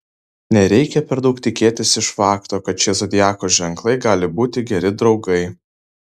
nereikia per daug tikėtis iš fakto kad šie zodiako ženklai gali būti geri draugai